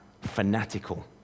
fanatical